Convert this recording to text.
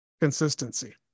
consistency